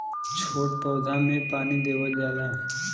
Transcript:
छोट पौधा में पानी देवल जाला